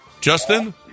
Justin